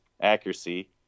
accuracy